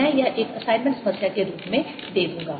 मैं यह एक असाइनमेंट समस्या के रूप में दे दूंगा